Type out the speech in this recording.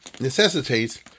necessitates